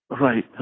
Right